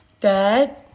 Dad